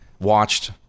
watched